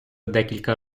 декілька